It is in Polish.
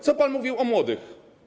Co pan mówił o młodych?